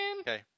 Okay